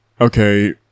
okay